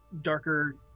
darker